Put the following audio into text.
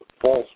false